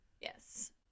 Yes